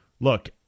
Look